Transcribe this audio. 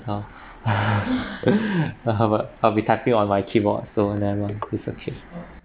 uh I'll be typing on my keyboard so never mind it's okay